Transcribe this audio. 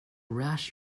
rash